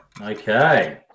Okay